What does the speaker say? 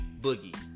boogie